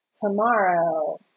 tomorrow